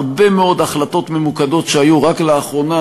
הרבה מאוד החלטות ממוקדות שהיו רק לאחרונה,